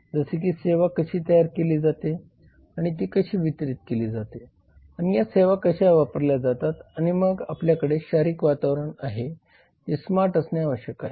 जसे की सेवा कशी तयार केली जाते आणि ती कशी वितरित केली जाते आणि या सेवा कशा वापरल्या जातात आणि मग आपल्याकडे शारीरिक वातावरण आहे जे स्मार्ट असणे आवश्यक आहे